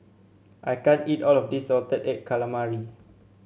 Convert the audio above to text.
I can't eat all of this Salted Egg Calamari